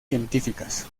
científicas